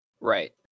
Right